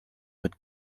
mit